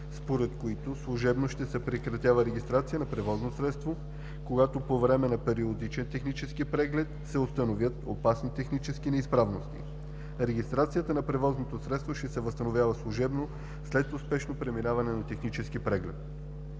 според които служебно ще се прекратява регистрация на превозно средство, когато по време на периодичен технически преглед се установят опасни технически неизправности. Регистрацията на превозното средство ще се възстановява служебно след успешно преминаване на технически преглед.